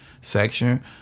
section